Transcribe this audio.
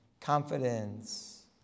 confidence